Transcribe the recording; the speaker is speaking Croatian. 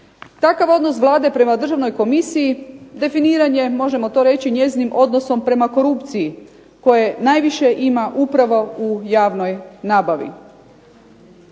Takav odnos Vlade prema Državnoj komisiji definiranje možemo to reći njezinim odnosom prema korupciji koje najviše ima upravo u javnoj nabavi.